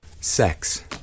sex